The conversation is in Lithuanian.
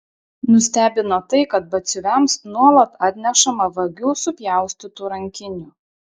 nustebino tai kad batsiuviams nuolat atnešama vagių supjaustytų rankinių